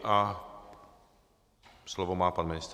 A slovo má pan ministr.